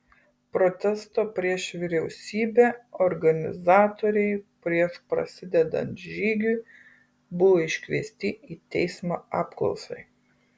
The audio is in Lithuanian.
protesto prieš vyriausybę organizatoriai prieš prasidedant žygiui buvo iškviesti į teismą apklausai